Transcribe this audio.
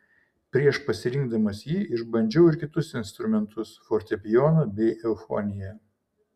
prieš pasirinkdamas jį išbandžiau ir kitus instrumentus fortepijoną bei eufoniją